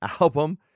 album